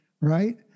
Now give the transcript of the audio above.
Right